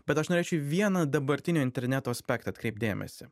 bet aš norėčiau į vieną dabartinio interneto aspektą atkreipt dėmesį